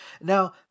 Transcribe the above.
Now